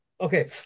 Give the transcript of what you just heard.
Okay